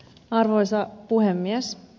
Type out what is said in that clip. arvoisa puhemies